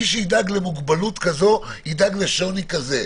מי שידאג למוגבלות כזאת, ידאג לשוני כזה.